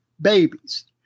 babies